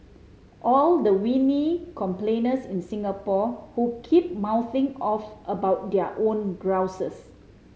all the whiny complainers in Singapore who keep mouthing off about their own grouses